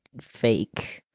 fake